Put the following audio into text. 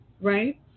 right